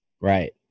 Right